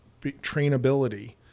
trainability